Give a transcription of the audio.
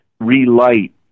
relight